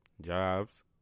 Jobs